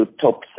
top